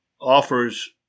offers